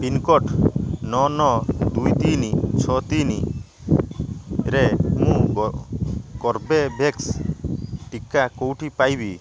pincode ନଅ ନଅ ଦୁଇ ତିନି ଛଅ ତିନିରେ ମୁଁ କର୍ବେଭ୍ୟାକ୍ସ ଟିକା କେଉଁଠି ପାଇବି